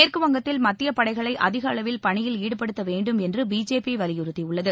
மேற்குவங்கத்தில் மத்திய படைகளை அதிகஅளவில் பணியில் ஈடுபடுத்த வேண்டும் என்று பிஜேபி வலியுறுத்தியுள்ளது